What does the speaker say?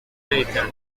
later